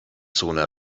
zone